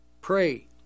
Pray